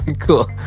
cool